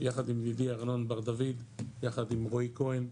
יחד עם ידידי ארנון בר דוד, יחד עם רועי כהן,